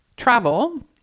Travel